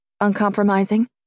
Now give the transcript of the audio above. uncompromising